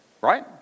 Right